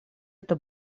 это